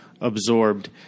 absorbed